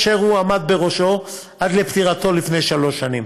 שהוא עמד בראשו עד לפטירתו לפני שלוש שנים.